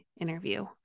interview